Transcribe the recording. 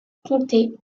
comptés